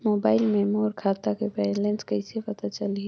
Mobile मे मोर खाता के बैलेंस कइसे पता चलही?